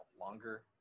longer